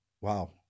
wow